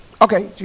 Okay